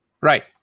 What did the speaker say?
Right